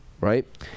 right